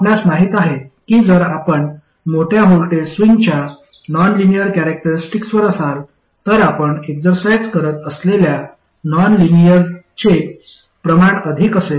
आपणास माहित आहे की जर आपण मोठ्या व्होल्टेज स्विंगच्या नॉन लिनिअर कॅरॅक्टरिस्टिक्सवर असाल तर आपण एक्झरसाईझ करत असलेल्या नॉन लिनिअरचे प्रमाण अधिक असेल